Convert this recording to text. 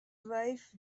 wife